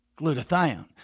glutathione